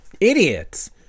idiots